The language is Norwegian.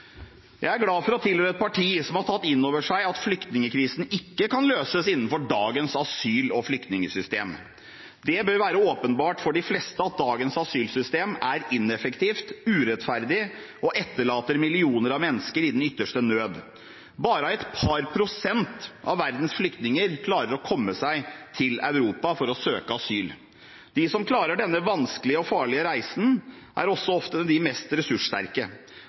Jeg er glad for å tilhøre et parti som har tatt inn over seg at flyktningkrisen ikke kan løses innenfor dagens asyl- og flyktningsystem. Det bør være åpenbart for de fleste at dagens asylsystem er ineffektivt, urettferdig og etterlater millioner av mennesker i den ytterste nød. Bare et par prosent av verdens flyktninger klarer å komme seg til Europa for å søke asyl. De som klarer denne vanskelige og farlige reisen, er også ofte de mest ressurssterke.